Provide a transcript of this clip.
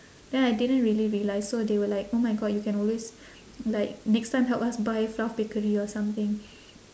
then I didn't really realise so they were like oh my god you can always like next time help us buy fluff bakery or something